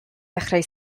dechrau